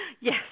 Yes